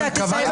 כיבוש,